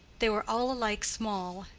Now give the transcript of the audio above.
they were all alike small,